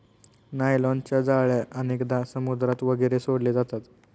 नायलॉनच्या जाळ्या अनेकदा समुद्रात वगैरे सोडले जातात